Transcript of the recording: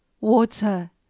Water